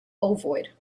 ovoid